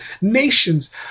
nations